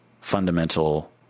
fundamental